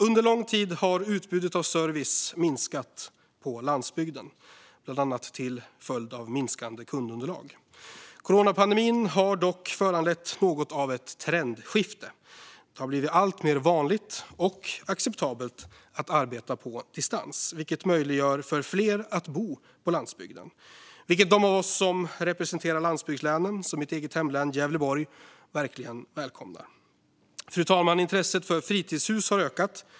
Under lång tid har utbudet av service minskat på landsbygden, bland annat till följd av minskande kundunderlag. Coronapandemin har dock föranlett något av ett trendskifte. Det har blivit alltmer vanligt och acceptabelt att arbeta på distans, vilket möjliggör för fler att bo på landsbygden. Det är något som de av oss som representerar landsbygdslänen, till exempel mitt eget hemlän Gävleborgs län, verkligen välkomnar. Fru talman! Intresset för fritidshus har ökat.